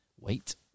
Wait